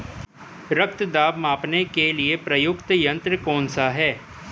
रक्त दाब मापने के लिए प्रयुक्त यंत्र कौन सा है?